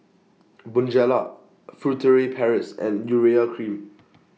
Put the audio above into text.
Bonjela Furtere Paris and Urea Cream